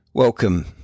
Welcome